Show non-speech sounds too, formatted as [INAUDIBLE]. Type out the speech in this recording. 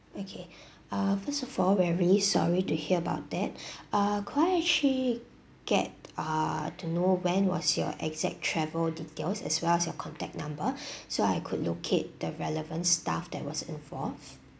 okay uh first of all we are very sorry to hear about that [BREATH] uh could I actually get err to know when was your exact travel details as well as your contact number [BREATH] so I could locate the relevant staff that was involved